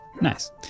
Nice